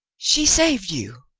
she saved you!